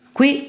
Qui